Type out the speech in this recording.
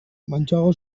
mantsoago